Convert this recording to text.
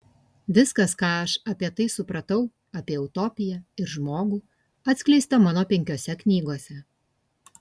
viskas ką aš apie tai supratau apie utopiją ir žmogų atskleista mano penkiose knygose